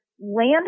Land